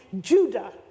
Judah